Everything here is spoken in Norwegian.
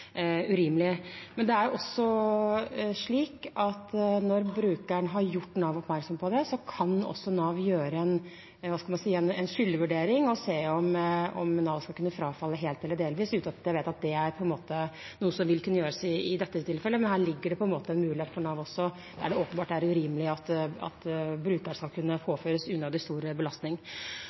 urimelig. Men det er også slik at når brukeren har gjort Nav oppmerksom på det, så kan Nav gjøre en – hva skal man si – skyldvurdering og se om de skal kunne frafalle helt eller delvis, uten at jeg vet at det er noe som vil kunne gjøres i dette tilfellet. Men her ligger det en mulighet for Nav også, der det åpenbart er urimelig at brukeren skal kunne påføres unødig stor belastning. Gjennom de